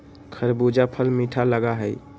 खरबूजा फल मीठा लगा हई